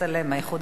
מהאיחוד הלאומי,